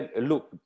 Look